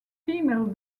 female